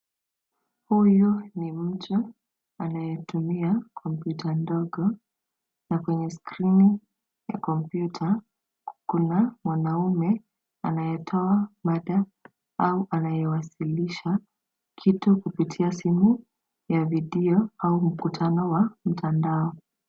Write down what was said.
Huyu ni mtu anayetumia kompyuta ndogo, na kwenye skirini ya kompyuta kuna mwanaume anayetoa mada au anayewasilisha kitu kupitia simu ya vidio au mkutano wa mtandao.